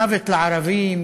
מוות לערבים,